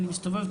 מסתובבת,